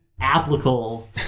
Applicable